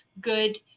good